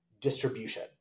Distribution